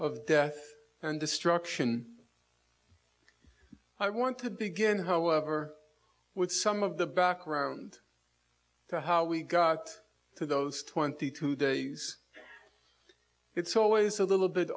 of death and destruction i want to begin however with some of the background to how we got to those twenty two days it's always a little bit